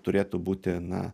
turėtų būti na